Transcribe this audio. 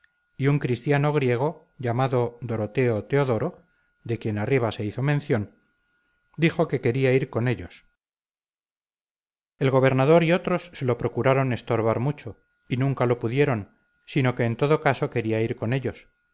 y un cristiano griego llamado doroteo teodoro de quien arriba se hizo mención dijo que quería ir con ellos el gobernador y otros se lo procuraron estorbar mucho y nunca lo pudieron sino que en todo caso quería ir con ellos